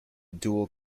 dual